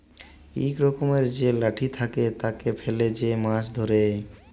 ইক রকমের যে লাঠি থাকে, তাকে ফেলে যে মাছ ধ্যরে